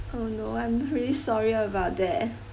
oh no I'm really sorry about that